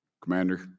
Commander